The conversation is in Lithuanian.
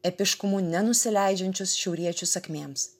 epiškumu nenusileidžiančius šiauriečių sakmėms